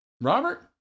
Robert